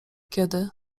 kiedy